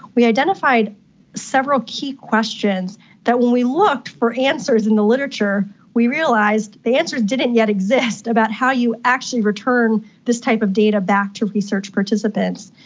we identify several key questions that when we looked for answers in the literature we realised the answers didn't yet exist about how you actually return this type of data back to research participants.